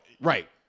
Right